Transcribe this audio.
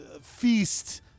feast